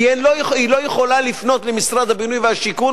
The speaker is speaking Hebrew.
והיא לא יכולה לפנות למשרד הבינוי והשיכון,